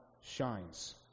shines